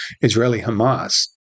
Israeli-Hamas